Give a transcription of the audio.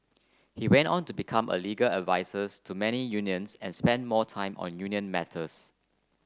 he went on to become a legal advisors to many unions and spent more time on union matters